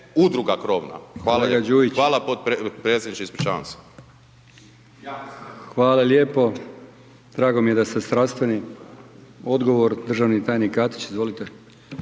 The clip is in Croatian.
hvala lijepo. Hvala potpredsjedniče. **Brkić, Milijan (HDZ)** Hvala lijepo. Drago mi je da ste strastveni. Odgovor državni tajnik Katić, izvolite.